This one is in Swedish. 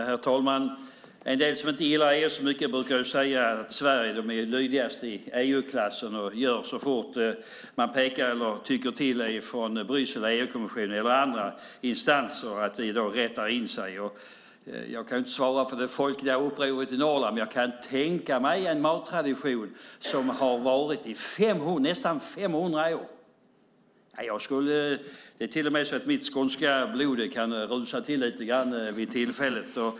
Herr talman! De som inte gillar EU så mycket brukar säga att Sverige är lydigast i EU-klassen, och så fort Bryssel, EU-kommissionen eller andra instanser pekar eller tycker till rättar Sverige in sig i ledet. Jag kan inte svara för det folkliga upproret i Norrland, men jag kan tänka mig att för en mattradition som har funnits i nästan 500 år kan till och med mitt skånska blod rusa till vid tillfälle.